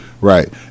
right